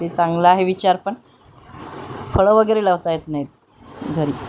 ते चांगला आहे विचार पण फळं वगैरे लावता येत नाहीत घरी